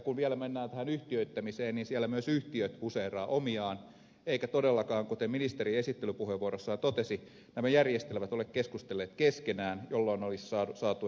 kun vielä mennään yhtiöittämiseen siellä myös yhtiöt huseeraavat omiaan eivätkä todellakaan kuten ministeri esittelypuheenvuorossaan totesi nämä järjestelmät ole keskustelleet keskenään jolloin olisi saatu etuja